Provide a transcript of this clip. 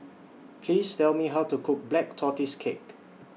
Please Tell Me How to Cook Black Tortoise Cake